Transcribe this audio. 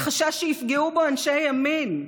מחשש שיפגעו בו אנשי ימין.